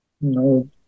No